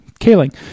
Kaling